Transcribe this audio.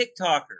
TikToker